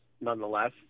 nonetheless